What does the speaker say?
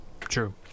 true